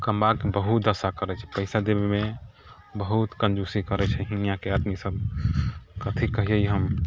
कमबाके बहुत दशा करैत छै पैसा देबेमे बहुत कंजूसी करैत छै यहाँके आदमी सब कथी कहियै हम